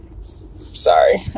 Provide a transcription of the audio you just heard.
sorry